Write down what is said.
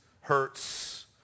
hurts